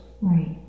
Right